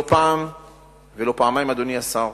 לא פעם ולא פעמיים, אדוני השר,